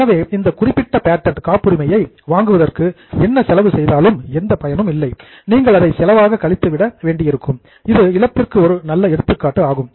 எனவே அந்த குறிப்பிட்ட பேட்டண்ட் காப்புரிமையை வாங்குவதற்கு என்ன செலவு செய்தாலும் எந்த பயனும் இல்லை நீங்கள் அதை செலவாக கழித்து விட வேண்டியிருக்கும் இது இழப்பிற்கு ஒரு நல்ல எடுத்துக்காட்டு ஆகும்